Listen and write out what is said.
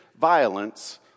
violence